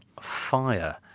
fire